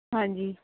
ਹਾਂਜੀ